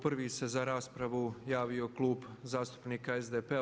Prvi se za raspravu javio Klub zastupnika SDP-a.